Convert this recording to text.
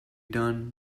done